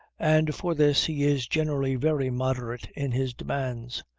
and for this he is generally very moderate in his demands.